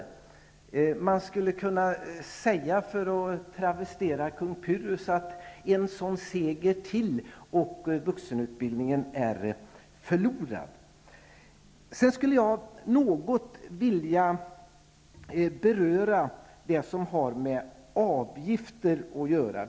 För att travestera kung Pyrrhos, skulle jag kunna säga: En sådan seger till och vuxenutbildningen är förlorad. Jag skulle något vilja beröra det som har med avgifter att göra.